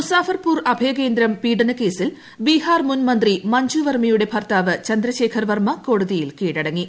മുസാഫർപൂർ അഭയകേന്ദ്രം പീഢന കേസിൽ ബീഹാർ മുൻമന്ത്രി മഞ്ജുവർമ്മയുടെ ഭർത്താവ് ചന്ദ്രശേഖർ വർമ്മ കോടതിയിൽ കീഴടങ്ങി